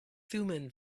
thummim